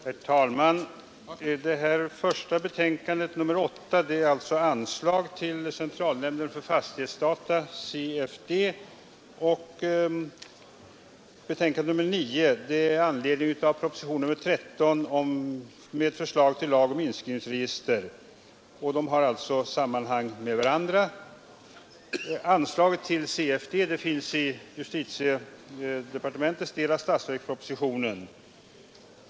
Herr talman! Civilutskottets betänkande nr 8 gäller anslag till Centralnämnden för fastighetsdata , och civilutskottets betänkande nr 9 behandlar propositionen 13 med förslag till lag om inskrivningsregister. De båda betänkandena har sammanhang med varandra. Anslaget till CFD finns i justitiedepartementets del av statsverkspropositionen.